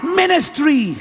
ministry